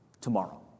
tomorrow